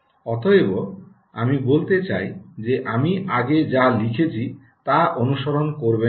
অতএব আমি বলতে চাই যে আমি আগে যা লিখেছি তা অনুসরণ করবেন না